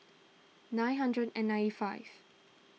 nine hundred and ninety five